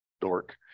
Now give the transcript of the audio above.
dork